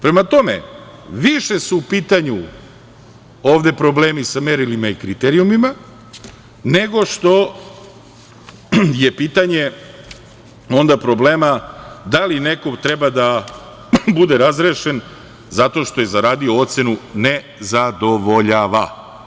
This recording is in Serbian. Prema tome, više su u pitanju ovde problemi sa merilima i kriterijumima, nego što je pitanje problema da li neko treba da bude razrešen zato što je zaradio ocenu ne zadovoljava.